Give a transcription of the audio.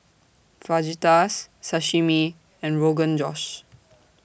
Fajitas Sashimi and Rogan Josh